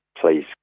please